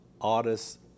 artists